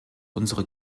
unsere